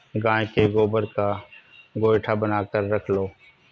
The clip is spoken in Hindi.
गाय के गोबर का गोएठा बनाकर रख लो